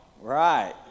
Right